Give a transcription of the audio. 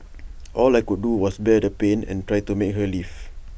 all I could do was bear the pain and try to make her leave